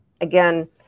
Again